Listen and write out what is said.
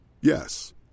Yes